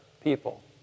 people